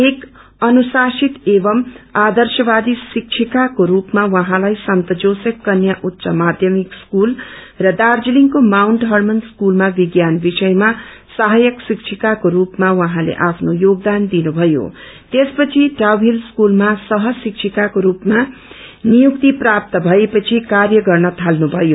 एक अनुशासित एवं आदर्शवादी शिक्षिकाको सपमा उहाँलाई सन्त जोसेफ कन्या उच्च माध्यमिक स्कूल र दार्जीलिङको माउन्ट हर्मन स्कूलमा विज्ञान विषयमा सहायक शिक्षिकाको स्रपमा उझँले आफ्नो योगदान दिनुभयो त्यसपछि डाउहिल स्कूलमा सहशिक्षिकाको स्पमा नियुक्त प्रात्त भए पछि कार्य गर्र थात्नुभयो